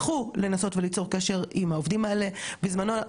בזמנו אנחנו היינו בוועדה אחרת,